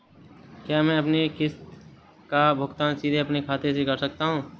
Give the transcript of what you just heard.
क्या मैं अपनी किश्त का भुगतान सीधे अपने खाते से कर सकता हूँ?